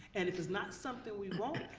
and if it's not something we want,